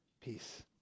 Peace